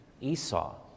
Esau